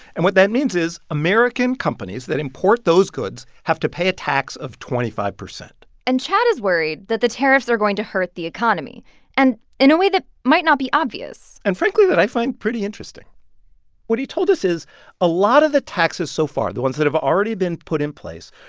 and what that means is american companies that import those goods have to pay a tax of twenty five point and chad is worried that the tariffs are going to hurt the economy and in a way that might not be obvious and frankly, that i find pretty interesting what he told us is a lot of the taxes so far, the ones that have already been put in place,